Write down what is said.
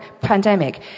pandemic